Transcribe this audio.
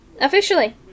officially